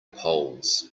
poles